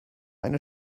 eine